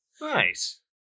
nice